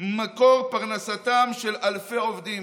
מקור לפרנסתם של אלפי עובדים.